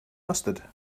mustard